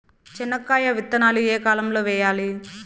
చెనక్కాయ విత్తనాలు ఏ కాలం లో వేయాలి?